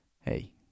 hey